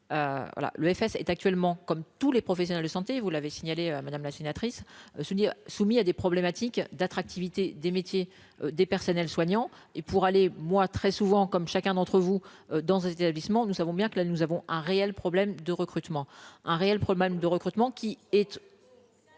l'EFS est actuellement comme. Tous les professionnels de santé, vous l'avez signalé madame la sénatrice se dire soumis à des problématiques d'attractivité des métiers, des personnels soignants et pour aller moi très souvent comme chacun d'entre vous dans un établissement, nous savons bien que là nous avons un réel problème de recrutement un réel problème de recrutement qui est.